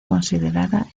considerada